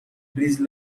bridge